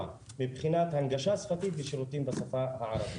מבחינת הנגשה שפתית ושירותים בשפה הערבית.